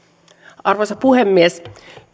arvoisa puhemies